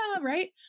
right